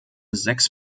sechs